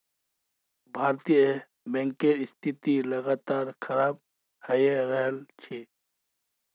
भारतीय बैंकेर स्थिति लगातार खराब हये रहल छे